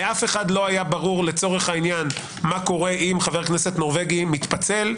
לאף אחד לא היה ברור לצורך העניין מה קורה אם חבר כנסת נורבגי מתפצל,